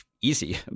easy